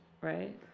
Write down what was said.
Right